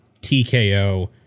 TKO